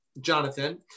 Jonathan